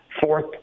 fourth